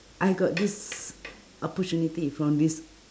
I got this opportunity from this